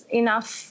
enough